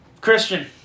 Christian